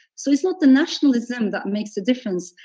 so it's not the nationalism that makes the difference,